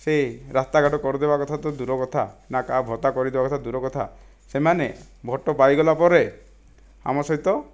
ସେ ରାସ୍ତା ଘାଟ କରିଦେବା କଥା ତ ଦୂର କଥା ନା କାହା ଭତ୍ତା କରିଦେବା ତ ଦୂର କଥା ସେମାନେ ଭୋଟ ପାଇଗଲା ପରେ ଆମ ସହିତ